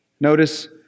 Notice